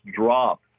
drop